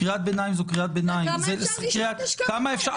קריאת ביניים זו קריאת ביניים --- כמה אפשר להשתמש --- כמה אפשר?